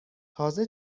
تازه